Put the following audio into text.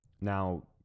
Now